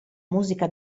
musica